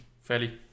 fairly